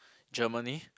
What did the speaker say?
Germany